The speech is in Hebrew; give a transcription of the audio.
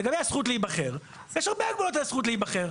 לגבי הזכות להיבחר: יש הרבה הגבלות על הזכות להיבחר.